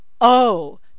Oh